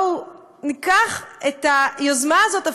ניקח את היוזמה הזאת,